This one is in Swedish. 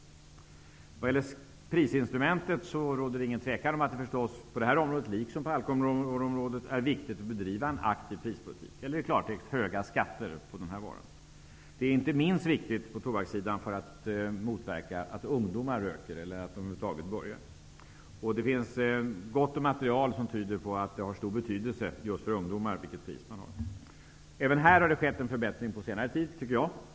När det gäller priset råder det inget tvivel om att det på detta område -- liksom när det gäller alkohol -- är viktigt att bedriva en aktiv prispolitik. Det betyder i klartext höga skatter på denna vara. Detta är inte minst viktigt för att motverka att ungdomar röker eller över huvud taget börjar röka. Det finns gott om material som tyder på att priset har stor betydelse just för ungdomar. Även här har det skett en förbättring på senare tid, tycker jag.